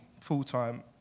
full-time